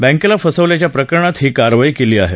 बॅकेला फसवल्याच्या प्रकरणात ही कारवाई केली आहे